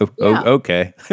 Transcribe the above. Okay